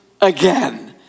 again